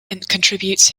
contributes